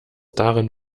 darin